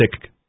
sick